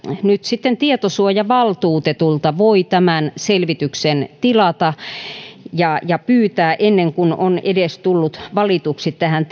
nyt sitten tietosuojavaltuutetulta voi tämän selvityksen tilata ja pyytää ennen kuin on edes tullut valituksi tähän